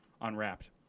unwrapped